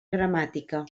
gramàtica